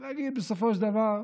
ולהגיד: בסופו של דבר,